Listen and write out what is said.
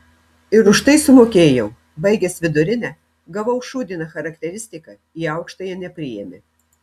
ir už tai sumokėjau baigęs vidurinę gavau šūdiną charakteristiką į aukštąją nepriėmė